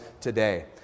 today